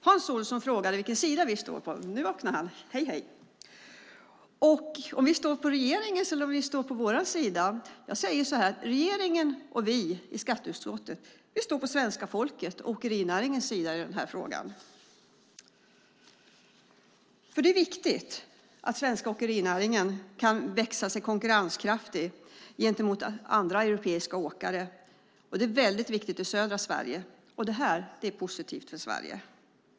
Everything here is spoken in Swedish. Hans Olsson - nu vaknade han, hej hej - frågade om vi står på regeringens eller vår sida. Jag säger så här: Regeringen och vi i skatteutskottet står på svenska folkets och åkerinäringens sida i denna fråga. Det är nämligen viktigt att den svenska åkerinäringen kan växa sig konkurrenskraftig gentemot andra europeiska åkare. Det är väldigt viktigt i södra Sverige. Detta är positivt för Sverige.